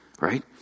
Right